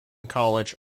college